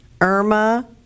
Irma